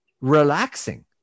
relaxing